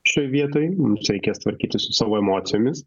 šioj vietoj mums reikės tvarkytis su savo emocijomis